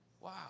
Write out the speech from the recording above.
Wow